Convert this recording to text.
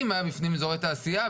אם היה בפנים אזורי תעשייה,